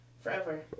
forever